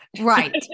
Right